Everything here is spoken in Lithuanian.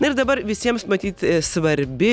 na ir dabar visiems matyt svarbi